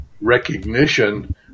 recognition